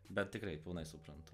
bet tikrai pilnai suprantu